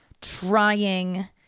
trying